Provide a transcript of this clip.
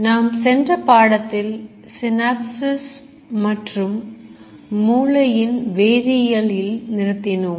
நாம் சென்ற பாடத்தில் Synapses மற்றும் மூளையின் வேதியியலில் நிறுத்தினோம்